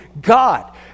God